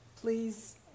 please